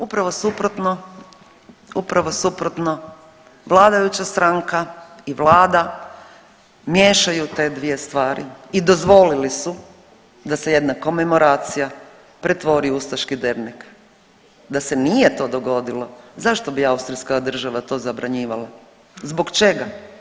Upravo suprotno, upravo suprotno, vladajuća stranka i vlada miješaju te dvije stvari i dozvolili su da se jedna komemoracija pretvori u ustaški dernek, da se nije to dogodilo zašto bi austrijska država to zabranjivala, zbog čega?